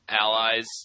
allies